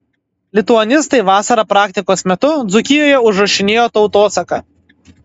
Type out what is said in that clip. lituanistai vasarą praktikos metu dzūkijoje užrašinėjo tautosaką